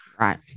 right